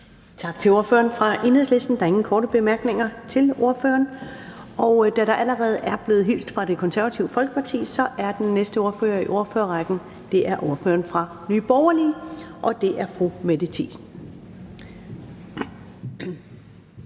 Tak til ordføreren fra Enhedslisten. Der er ingen korte bemærkninger til ordføreren, og da der allerede er blevet hilst fra Det Konservative Folkeparti, er den næste ordfører i ordførerrækken ordføreren fra Nye Borgerlige, og det er fru Mette Thiesen.